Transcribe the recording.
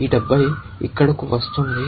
ఈ 70 ఇక్కడకు వస్తోంది